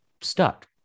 stuck